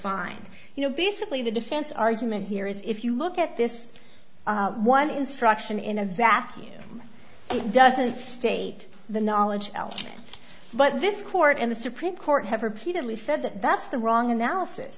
find you know basically the defense argument here is if you look at this one instruction in a vacuum doesn't state the knowledge but this court and the supreme court have repeatedly said that that's the wrong an